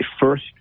first